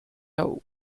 der